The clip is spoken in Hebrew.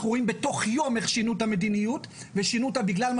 אנחנו רואים בתוך יום איך שינו את המדיניות ושינו אותה בגלל מה